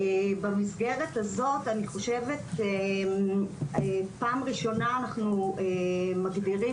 במסגרת הזאת אני חושבת שפעם ראשונה אנחנו מגדירים